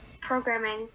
programming